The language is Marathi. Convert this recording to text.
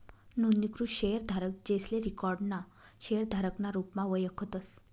नोंदणीकृत शेयरधारक, जेसले रिकाॅर्ड ना शेयरधारक ना रुपमा वयखतस